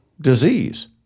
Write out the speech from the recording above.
disease